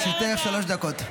בבקשה, לרשותך שלוש דקות.